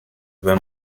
them